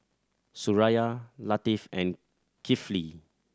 Suraya Latif and Kifli